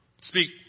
speak